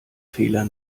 fehler